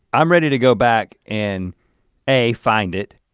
i'm ready to go back and a, find it.